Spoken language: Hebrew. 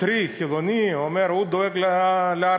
נוצרי חילוני אומר שהוא דואג להר-הבית.